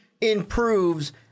improves